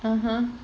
(uh huh)